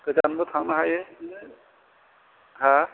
गोजानबो थांनो हायो हा